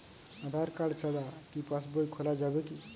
আধার card ছাড়া কি পাসবই খোলা যাবে কি?